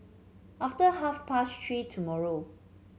after half past Three tomorrow